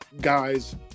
guys